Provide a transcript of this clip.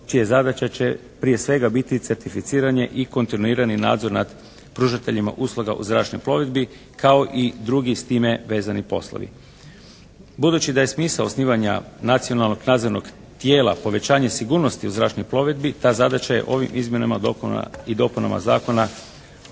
čija zadaća će prije svega biti certificiranje i kontinuirani nadzor nad pružateljima usluga u zračnoj plovidbi, kao i drugi s time vezani poslovi. Budući da je smisao osnivanja nacionalnog nadzornog tijela povećanje sigurnosti u zračnoj plovidbi, ta zadaća je ovim izmjenama i dopunama Zakona